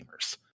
gamers